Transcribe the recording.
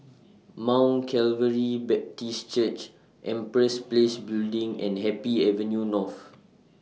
Mount Calvary Baptist Church Empress Place Building and Happy Avenue North